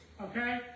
Okay